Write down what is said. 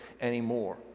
anymore